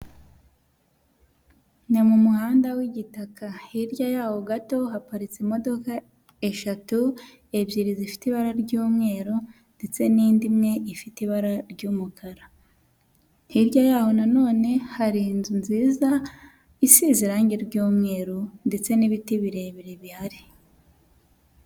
Ni mu muhanda w'igitaka, hirya yaho gato haparitse imodoka eshatu, ebyiri zifite ibara ry'umweru ndetse n'indi imwe ifite ibara ry'umukara. Hirya yaho nanone hari inzu nziza isize irangi ry'umweru ndetse n'ibiti birebire bihari.